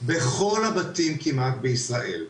בכל הבתים כמעט בישראל.